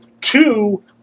Two